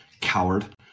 Coward